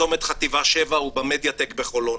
צומת חטיבה 7 ובמדיה טק בחולון.